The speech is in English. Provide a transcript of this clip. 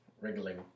wriggling